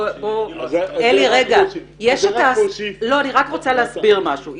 אלי, בוא, רגע, אני רק רוצה להסביר משהו.